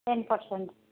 ten percent